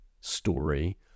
story